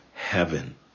heaven